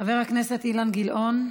חבר הכנסת אילן גילאון,